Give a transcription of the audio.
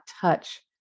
touch